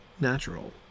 natural